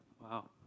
Wow